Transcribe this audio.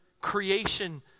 creation